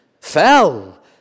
fell